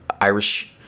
Irish